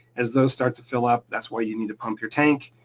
as those start to fill up, that's why you need to pump your tank.